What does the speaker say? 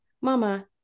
Mama